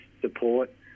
support